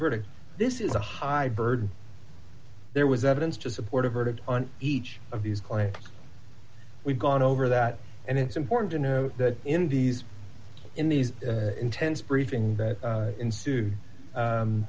verdict this is a high burden there was evidence to support a verdict on each of these claims we've gone over that and it's important to know that in these in these intense briefing that ensued